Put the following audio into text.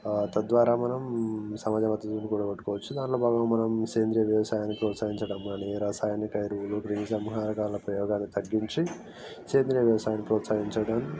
తద్వారా మనం సమాజ మద్దతును కూడగట్టుకోవచ్చు దాంట్లో భాగంగా మనం సేంద్రీయ వ్యవసాయాన్ని ప్రోత్సహించడం కానీ రసాయనిక ఎరువులు క్రిమిసంహారకాల ప్రయోగాన్ని తగ్గించి సేంద్రీయ వ్యవసాయాన్ని ప్రోత్సహించడం